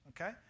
Okay